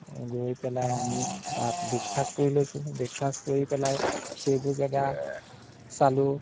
গৈ পেলাই আমি তাত ব্ৰেকফাষ্ট কৰি লৈছোঁ ব্ৰেকফাষ্ট কৰি পেলাই সেইবোৰ জেগা চালোঁ